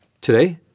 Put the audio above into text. Today